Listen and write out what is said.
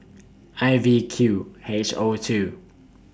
I V Q H O two